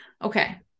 Okay